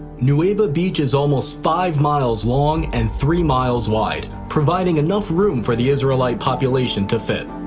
nuweiba beach is almost five miles long and three miles wide, providing enough room for the israelite population to fit.